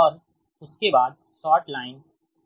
और उसके बाद शॉर्ट लाइन